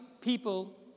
people